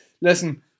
listen